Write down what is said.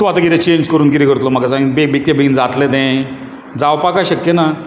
तूं आतां कितें चेंज करून कितें करतलो म्हाका सांग इतक्या बेगीन तें जातलें तें जावपाक काय शक्य ना